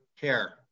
care